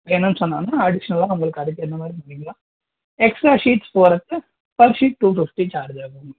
வேணும்னு சொன்னாங்கனால் அடிஷ்னலாக உங்களுக்கு அதுக்கு தகுந்த மாதிரி பண்ணிக்கலாம் எக்ஸ்ட்ரா சீட்ஸ் போடுறதுக்கு per seat two fifty charge ஆகும்